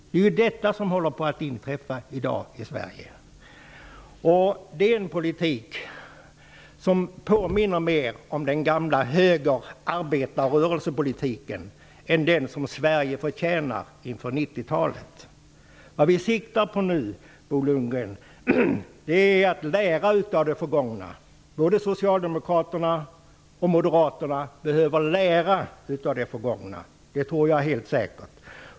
Det är ju detta som i dag håller på att inträffa i Sverige, och det är en politik som påminner mer om den gamla högerarbetarrörelsepolitiken än om den som Sverige förtjänar inför 90-talet. Vad vi nu siktar på, Bo Lundgren, är att lära av det förgångna. Att både socialdemokraterna och moderaterna behöver lära av det förgångna är helt säkert.